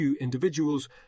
individuals